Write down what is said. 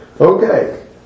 Okay